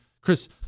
Chris